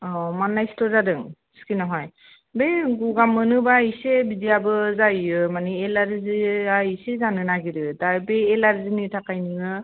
औ माननाय सिथर जादों स्किनाव हाय बे गगा मोनोबा एसे बिदिआबो जायैयो मानि एलारजिआ एसे जानो नागिरो दा बे एलारजिनि थाखाय नोङो